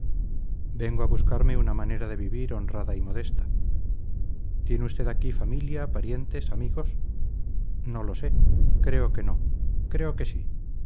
vengo a buscarme una manera de vivir honrada y modesta tiene usted aquí familia parientes amigos no lo sé creo que no creo que sí